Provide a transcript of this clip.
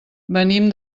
venim